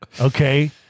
Okay